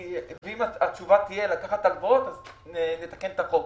ואם התשובה תהיה לקחת הלוואות אז נתקן את החוק.